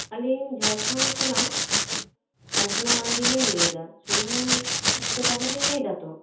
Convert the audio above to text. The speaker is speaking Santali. ᱟᱹᱞᱤᱧ ᱡᱷᱟᱲᱠᱷᱚᱱᱰ ᱠᱷᱚᱱᱟᱜ ᱟᱞᱯᱚᱱᱟ ᱢᱟᱱᱰᱤᱞᱤᱧ ᱞᱟᱹᱭᱫᱟ ᱥᱚᱞᱮᱢᱚᱱ ᱜᱚᱝᱠᱮ ᱵᱟᱹᱵᱩ ᱵᱤᱱ ᱞᱟᱹᱭ ᱫᱟᱛᱚ